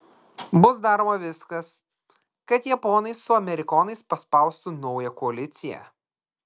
bus daroma viskas kad japonai su amerikonais paspaustų naują koaliciją